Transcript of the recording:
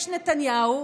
יש נתניהו,